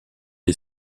est